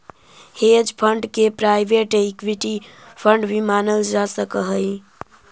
hedge fund के private equity fund भी मानल जा सकऽ हई